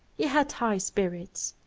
he had high spirits,